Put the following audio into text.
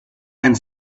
and